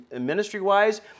ministry-wise